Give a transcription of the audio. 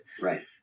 Right